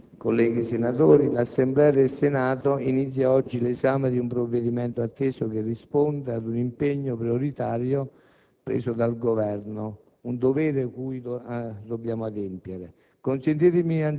in questo caso alle sovversioni di ordini che non stanno alle discipline costituzionali? Analogicamente sicuramente no, però in termini di principio dovremmo